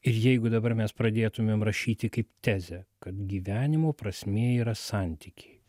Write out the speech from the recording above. ir jeigu dabar mes pradėtumėm rašyti kaip tezę kad gyvenimo prasmė yra santykiai